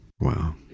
Wow